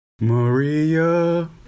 Maria